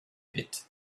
pit